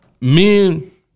men